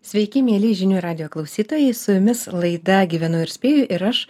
sveiki mieli žinių radijo klausytojai su jumis laida gyvenu ir spėju ir aš